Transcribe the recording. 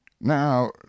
Now